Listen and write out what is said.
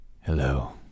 Hello